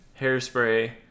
Hairspray